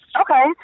Okay